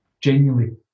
genuinely